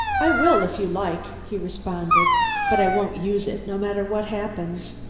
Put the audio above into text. i will, if you like, he responded but i won't use it, no matter what happens.